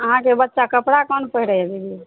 अहाँके बच्चा कपड़ा कोन पहिरै रहए